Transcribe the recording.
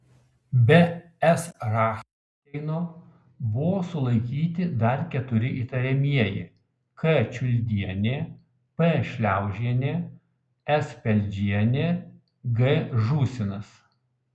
be s rachinšteino buvo sulaikyti dar keturi įtariamieji k čiuldienė p šliaužienė s peldžienė g žūsinas